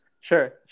Sure